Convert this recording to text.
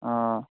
অঁ